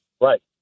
Right